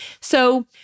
So-